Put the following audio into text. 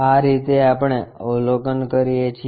આ રીતે આપણે અવલોકન કરીએ છીએ